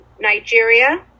Nigeria